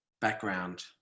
background